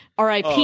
RIP